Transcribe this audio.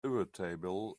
irritable